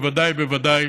בוודאי ובוודאי